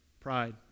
pride